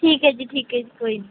ਠੀਕ ਹੈ ਜੀ ਠੀਕ ਹੈ ਜੀ ਕੋਈ ਨਹੀਂ